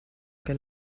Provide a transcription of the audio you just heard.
che